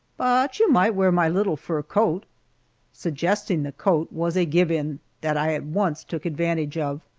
but you might wear my little fur coat suggesting the coat was a give-in that i at once took advantage of,